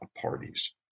parties